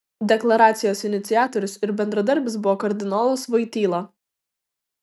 deklaracijos iniciatorius ir bendradarbis buvo kardinolas voityla